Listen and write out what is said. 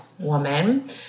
woman